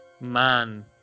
man